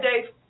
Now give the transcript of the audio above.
Dave